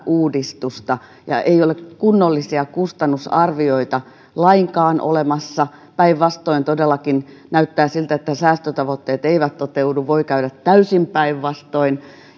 uudistusta ja ei ole kunnollisia kustannusarvioita lainkaan olemassa päinvastoin todellakin näyttää siltä että säästötavoitteet eivät toteudu että voi käydä täysin päinvastoin